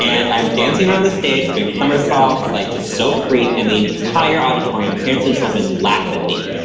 and i'm dancing around the stage doing somersaults like just so free. and the entire auditorium, parents and children laugh at me.